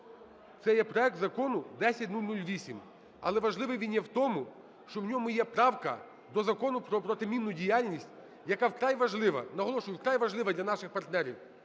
Це є проект Закону 10008, але важливий він є в тому, що в ньому є правка до Закону про протимінну діяльність, яка вкрай важлива, наголошую